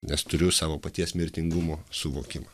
nes turiu savo paties mirtingumo suvokimą